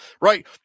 right